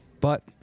But-